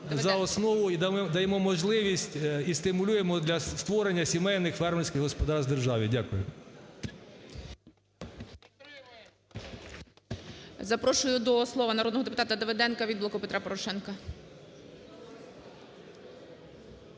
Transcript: за основу і дамо можливість, і стимулюємо для створення сімейних фермерських господарств в державі. Дякую.